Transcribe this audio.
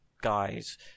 guys